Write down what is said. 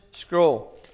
scroll